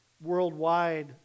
Worldwide